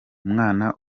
umwana